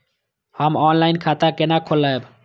हम ऑनलाइन खाता केना खोलैब?